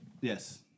Yes